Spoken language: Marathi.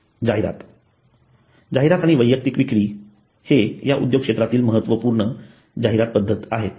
जाहिरात जाहिरात आणि वैयक्तिक विक्री हे या उद्योगक्षेत्रातील महत्त्वपूर्ण जाहिरात पद्धती आहेत